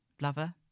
Lover